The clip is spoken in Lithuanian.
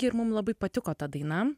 ir mum labai patiko ta daina